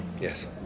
Yes